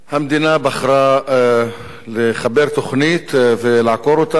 המדינה בחרה לחבר תוכנית ולעקור אותם,